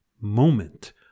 moment